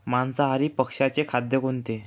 मांसाहारी पक्ष्याचे खाद्य कोणते?